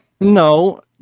No